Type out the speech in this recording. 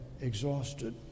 exhausted